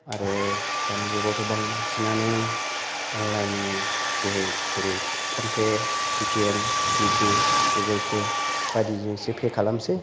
आरो दानि जुगावथ' बांसिनानो अनलाइन नि जोहै जेरै फ'नपे पेटिएम जिपे गुगोल पे बायदिजोंसो पे खालामोसै